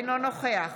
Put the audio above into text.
אינו נוכח